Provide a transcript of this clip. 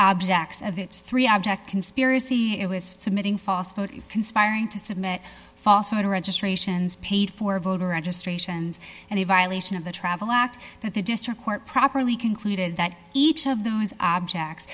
objects of its three object conspiracy it was submitting fosco to conspiring to submit falsified registrations paid for voter registrations and a violation of the travel act that the district court properly concluded that each of those objects